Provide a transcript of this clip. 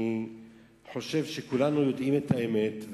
אני חושב שכולנו יודעים את האמת,